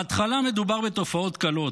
בהתחלה מדובר בתופעות קלות,